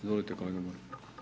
Izvolite, kolega Bulj.